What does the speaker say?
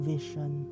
Vision